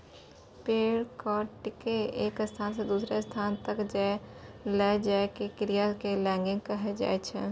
पेड़ कॅ काटिकॅ एक स्थान स दूसरो स्थान तक लै जाय के क्रिया कॅ लॉगिंग कहै छै